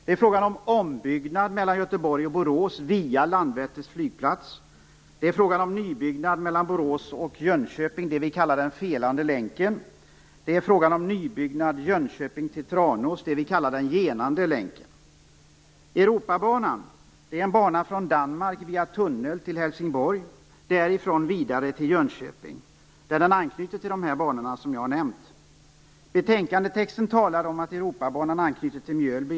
Det är fråga om en ombyggnad mellan Göteborg och Borås, via Landvetter flygplats. Det är fråga om en nybyggnad mellan Borås och Jönköping - det som vi kallar den felande länken. Det är fråga om en nybyggnad mellan Jönköping och Tranås - det som vi kallar den "genande" länken. Helsingborg. Därifrån går den vidare till Jönköping och anknyter till de banor som jag har nämnt. I betänkandetexten talas det om att Europabanan anknyter till Mjölby.